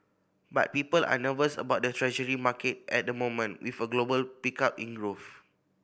but people are nervous about the Treasury market at the moment with a global pickup in growth